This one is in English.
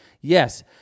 Yes